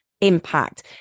impact